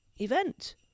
event